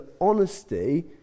honesty